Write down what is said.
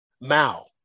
Mao